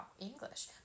English